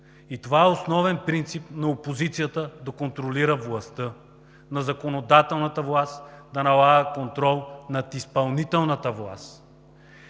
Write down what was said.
И това е основен принцип на опозицията – да контролира властта! На законодателната власт – да налага контрол над изпълнителната.